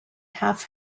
half